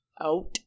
Out